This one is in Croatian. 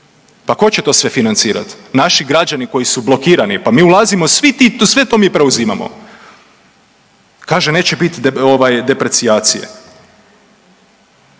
Pa ko će to sve financirat? Naši građani koji su blokirani. Pa mi ulazimo sve to mi preuzimamo. Kaže neće biti deprecijacije.